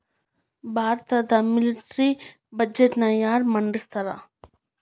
ಭಾರತದ ಮಿಲಿಟರಿ ಬಜೆಟ್ನ ಯಾರ ಮಂಡಿಸ್ತಾರಾ